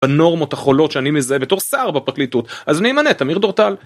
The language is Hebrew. הנורמות החולות שאני מזהה בתור שר בפרקליטות אז אני אמנה את אמיר דורטל.